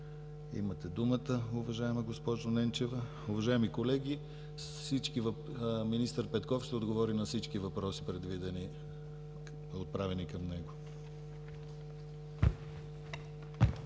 Имате думата, уважаема госпожо Ненчева. Уважаеми колеги, министър Петков ще отговори на всички въпроси, отправени към него.